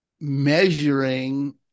measuring